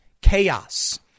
chaos